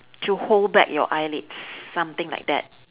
to hold back your eyelids something like that